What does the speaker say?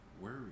worry